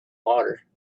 water